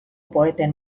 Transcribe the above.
poeten